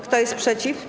Kto jest przeciw?